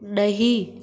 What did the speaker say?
नहीं